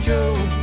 Joe